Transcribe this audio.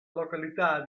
località